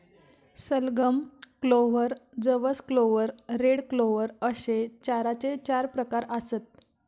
सलगम, क्लोव्हर, जवस clover, red clover अश्ये चाऱ्याचे चार प्रकार आसत